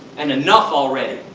and enough already!